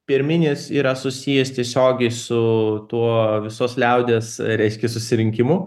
pirminis yra susijęs tiesiogiai su tuo visos liaudies reiškia susirinkimu